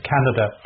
Canada